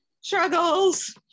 Struggles